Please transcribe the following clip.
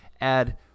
add